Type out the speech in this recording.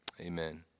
Amen